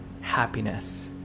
happiness